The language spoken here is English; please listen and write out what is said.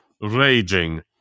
raging